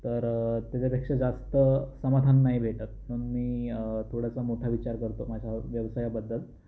तर त्याच्यापेक्षा जास्त समाधान नाही भेटत मण मी थोडंसं मोठा विचार करतो माझ्या व्यवसायाबद्दल